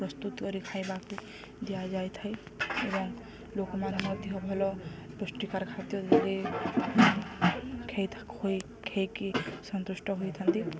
ପ୍ରସ୍ତୁତ କରି ଖାଇବାକୁ ଦିଆଯାଇଥାଏ ଏବଂ ଲୋକମାନେ ମଧ୍ୟ ଭଲ ପୃଷ୍ଟିକାର ଖାଇକି ସନ୍ତୁଷ୍ଟ ହୋଇଥାନ୍ତି